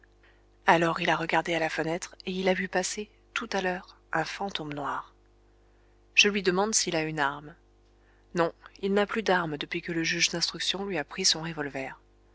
alors il a regardé à la fenêtre et il a vu passer tout à l'heure un fantôme noir je lui demande s'il a une arme non il n'a plus d'arme depuis que le juge d'instruction lui a pris son revolver